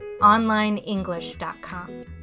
onlineenglish.com